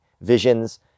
visions